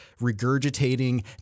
regurgitating